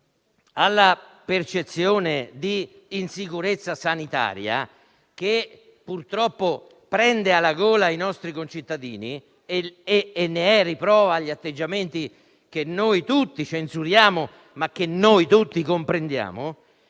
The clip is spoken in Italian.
alla percezione di insicurezza sanitaria che purtroppo prende alla gola i nostri concittadini - ne sono riprova gli atteggiamenti che tutti censuriamo, ma comprendiamo